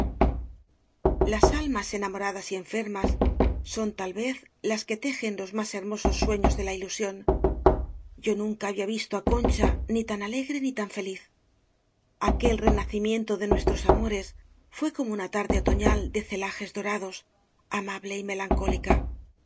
las almas enamoradas y enfermas son tal vez las que tejen los más hermosos sueños de la ilusión yo nunca había visto á concha ni tan alegre ni tan feliz aquel renacimiento de nuestros amores fué como una tarde oto ñal de celajes dorados amable y melancóli